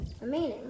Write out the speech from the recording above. remaining